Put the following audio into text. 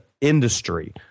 industry